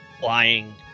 flying